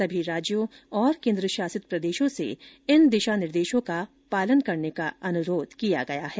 सभी राज्यों और केन्द्र शासित प्रदेशों से इन दिशा निर्देशों का पालन करने का अनुरोध किया गया है